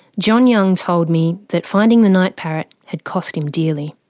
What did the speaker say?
john young told me that finding the night parrot had cost him dearly.